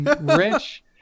Rich